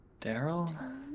Daryl